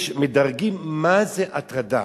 מדרגים מה זה הטרדה.